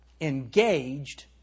Engaged